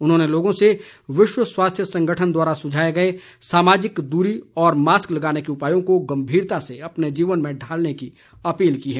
उन्होंने लोगों से विश्व स्वास्थ्य संगठन द्वारा सुझाए गए सामाजिक दूरी और मास्क लगाने के उपायों को गम्मीरता से अपने जीवन में ढालने की अपील की है